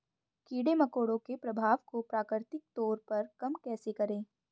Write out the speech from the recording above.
कीड़े मकोड़ों के प्रभाव को प्राकृतिक तौर पर कम कैसे करें?